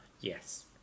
Yes